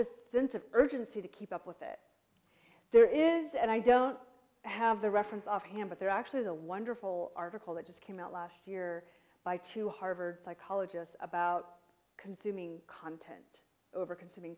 the since of urgency to keep up with it there is and i don't have the reference offhand but there actually is a wonderful article that just came out last year by two harvard psychologist about consuming content over consuming